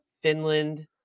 Finland